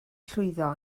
llwyddo